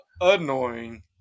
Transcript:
annoying